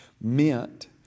meant